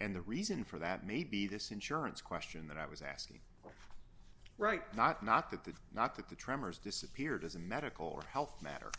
and the reason for that may be this insurance question that i was asking right not not that they're not that the tremors disappeared as a medical or health matter